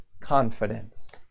confidence